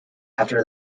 after